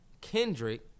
Kendrick